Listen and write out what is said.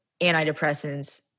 antidepressants